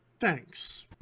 Thanks